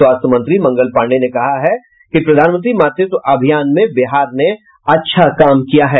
स्वास्थ्य मंत्री मंगल पांडेय ने कहा है कि प्रधानमंत्री मातृत्व अभियान में बिहार ने अच्छा काम किया है